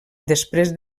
després